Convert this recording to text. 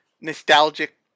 nostalgic